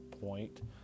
point